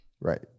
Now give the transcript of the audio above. Right